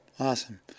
awesome